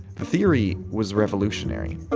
the theory was revolutionary. but